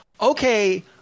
okay